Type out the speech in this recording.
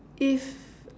if